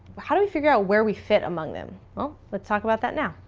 how do we figure out where we fit among them? well, let's talk about that now.